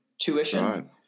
tuition